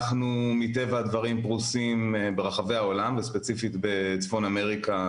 אנחנו מטבע הדברים פרוסים ברחבי העולם ובספציפית בצפון אמריקה,